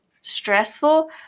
stressful